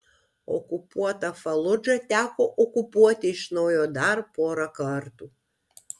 okupuotą faludžą teko okupuoti iš naujo dar porą kartų